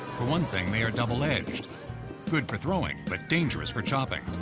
for one thing, they're double edged good for throwing, but dangerous for chopping.